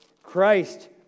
Christ